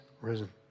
risen